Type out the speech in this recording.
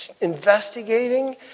investigating